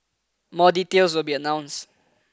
more details will be announced